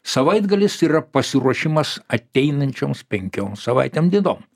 savaitgalis yra pasiruošimas ateinančioms penkioms savaitėm dienom